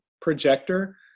projector